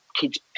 Kids